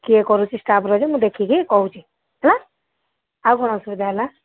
କିଏ କରୁଛି ଷ୍ଟାଫ୍ର ଯେ ମୁଁ ଦେଖିକି କହୁଛି ହେଲା ଆଉ କ'ଣ ଅସୁବିଧା ହେଲା